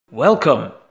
Welcome